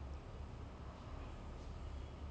love the way that he talks like whenever